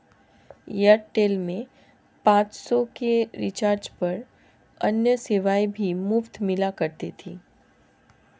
Airtel में पाँच सौ के रिचार्ज पर अन्य सेवाएं भी मुफ़्त मिला करती थी